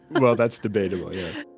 well that's debatable, yeah